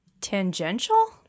Tangential